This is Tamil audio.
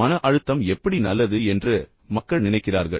மன அழுத்தம் எப்படி நல்லது என்று மக்கள் நினைக்கிறார்கள்